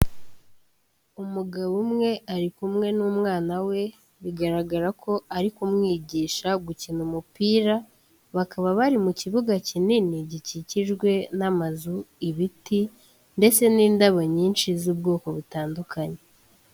Umugabo umwe ari kumwe n'umwana we, bigaragara ko ari kumwigisha gukina umupira, bakaba bari mu kibuga kinini gikikijwe n'amazu, ibiti ndetse n'indabo nyinshi z'ubwoko butandukanye.